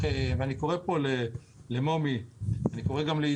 אני קורא פה למומי ועידו,